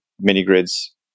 mini-grids